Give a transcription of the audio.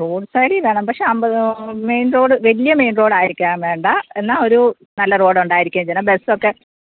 road സൈഡിൽ വേണം പക്ഷേ അൻപതോ മെയിന് റോഡ് വലിയ മെയിന് റോഡായിരിക്കാന് വേണ്ട എന്നാൽ ഒരു നല്ല റോഡൊണ്ടായിരിക്കുകയും ചെയ്യണം ബസൊക്കെ